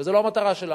וזו לא המטרה שלנו.